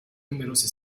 numerose